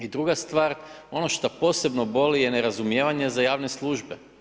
I druga stvar, ono šta posebno boli je nerazumijevanje za javne službe.